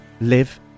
live